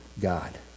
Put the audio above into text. God